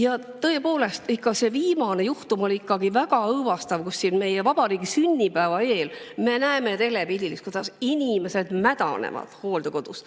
Ja tõepoolest, see viimane juhtum oli ikkagi väga õõvastav – meie vabariigi sünnipäeva eel me näeme telepildis, kuidas inimesed mädanevad hooldekodus,